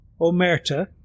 Omerta